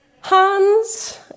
Hans